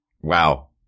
Wow